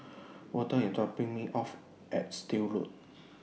Walter IS dropping Me off At Still Road